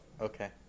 okay